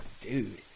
Dude